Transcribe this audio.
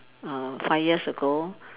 uh five years ago